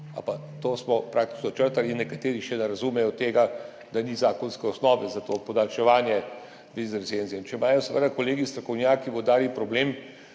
pa to smo praktično črtali. Nekateri še ne razumejo tega, da ni zakonske osnove za to podaljševanje in za recenzije. Če imajo seveda kolegi strokovnjaki vodarji problem,